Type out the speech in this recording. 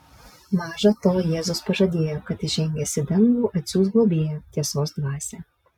maža to jėzus pažadėjo kad įžengęs į dangų atsiųs globėją tiesos dvasią